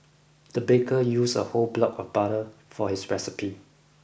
the baker used a whole block of butter for his recipe